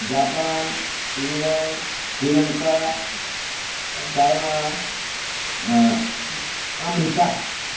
Japan England Sri Lanka China America